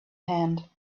hand